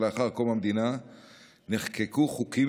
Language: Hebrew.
בעשורים הראשונים שלאחר קום המדינה נחקקו חוקים